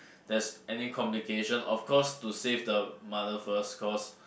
there's any complication of course to save the mother first cause